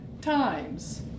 times